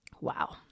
Wow